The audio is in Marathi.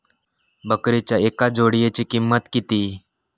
बकरीच्या एका जोडयेची किंमत किती?